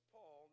Paul